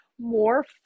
more